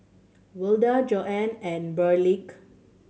Wilda Joan and Burleigh